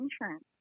insurance